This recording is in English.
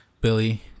Billy